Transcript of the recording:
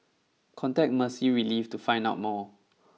contact Mercy Relief to find out more